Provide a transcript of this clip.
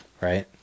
right